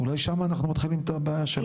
אולי שם אנחנו מתחילים את הבעיה שלנו.